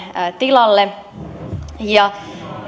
tilalle